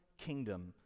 kingdom